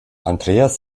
andreas